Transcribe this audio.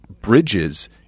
bridges